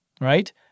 right